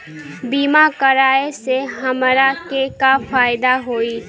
बीमा कराए से हमरा के का फायदा होई?